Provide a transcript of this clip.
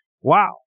wow